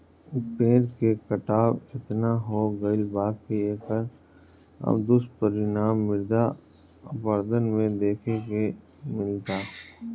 पेड़ के कटाव एतना हो गईल बा की एकर अब दुष्परिणाम मृदा अपरदन में देखे के मिलता